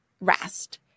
rest